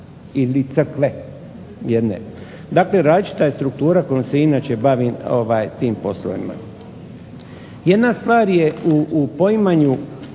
ili crkve, jedne. Dakle različita je struktura kojom se inače bavim tim poslovima. Jedna stvar je u poimanju